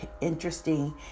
interesting